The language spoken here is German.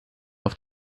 auf